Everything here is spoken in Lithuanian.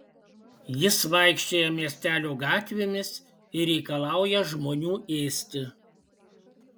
jis vaikščioja miestelio gatvėmis ir reikalauja žmonių ėsti